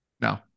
No